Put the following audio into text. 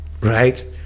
right